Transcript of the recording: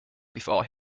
before